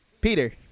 Peter